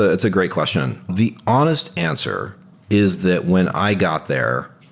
ah it's a great question. the honest answer is that when i got there,